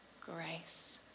grace